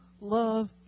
love